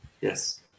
yes